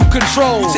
control